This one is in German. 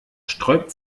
sträubt